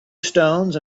stones